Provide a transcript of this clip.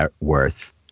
worth